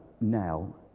now